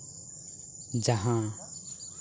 ᱡᱟᱦᱟᱸ